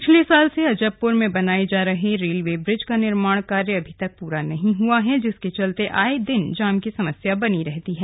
पिछले साल से अजबपुर में बनाए जा रहे रेलवे ब्रिज का निर्माण कार्य अभी पूरा नहीं हुआ है जिसके चलते आए दिन जाम की समस्या बनी रहती है